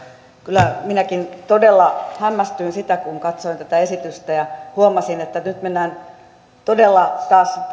kyllä minäkin todella hämmästyin siitä kun katsoin tätä esitystä ja huomasin että nyt mennään todella taas